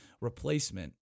replacement